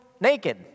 naked